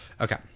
Okay